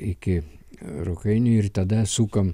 iki rukainių ir tada sukam